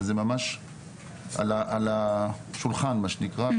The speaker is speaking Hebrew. אבל זה ממש על השולחן מה שנקרא.